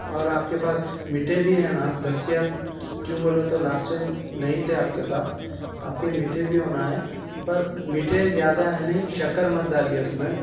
اور آپ کے پاس میٹھے بھی ہیں نا دستیاب کیوں بولے تو لاسٹ ٹائم نہیں تھے آپ کے پاس اب کے میٹھے بھی ہونا ہے پر میٹھے زیادہ ہیں نہیں شکر مت ڈالیے اس میں